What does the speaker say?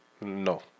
No